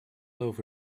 over